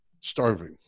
starving